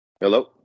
Hello